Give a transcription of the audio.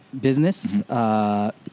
business